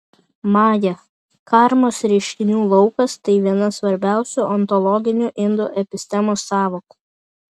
maja karmos reiškinių laukas tai viena svarbiausių ontologinių indų epistemos sąvokų